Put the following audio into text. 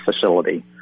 facility